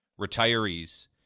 retirees